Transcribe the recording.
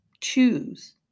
Choose